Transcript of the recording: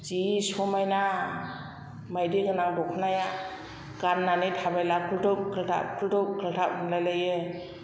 जि समायना मायदि गोनां दखनाया गाननानै थाबायब्ला गुल्दुब गाल्दाब खुल्थुब खाल्थाब होनलायलायो